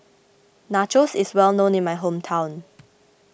Nachos is well known in my hometown